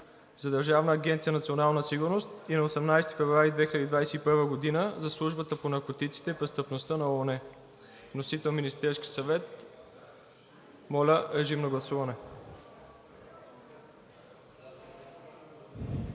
за Държавна агенция „Национална сигурност“ и на 18 февруари 2021 г. за Службата по наркотиците и престъпността на ООН. Вносител – Министерският съвет. Моля, режим на гласуване.